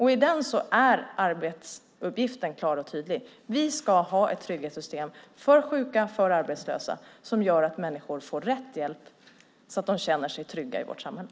I den är arbetsuppgiften klar och tydlig: Vi ska ha ett trygghetssystem för sjuka och för arbetslösa som gör att människor får rätt hjälp så att de känner sig trygga i vårt samhälle.